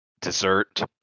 dessert